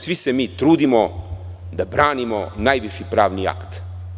Svi se mi trudimo da branimo najviši pravni akt.